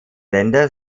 länder